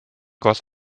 goss